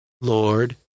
Lord